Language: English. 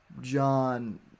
John